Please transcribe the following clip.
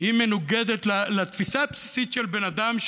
היא מנוגדת לתפיסה הבסיסית של בן אדם,